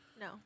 No